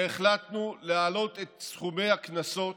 והחלטנו להעלות את סכומי הקנסות